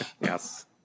Yes